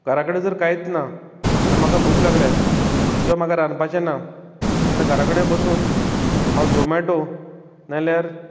घरा कडेन जर कांयत ना आनी म्हाका भूक लागल्या किंवा म्हाका रांदपाचें ना जाल्यार घरा कडेन बसून हांव झोमेटो नाल्यार